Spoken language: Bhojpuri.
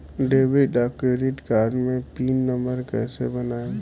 डेबिट या क्रेडिट कार्ड मे पिन नंबर कैसे बनाएम?